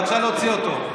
בבקשה להוציא אותו.